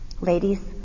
Ladies